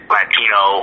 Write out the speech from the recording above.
Latino